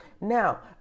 Now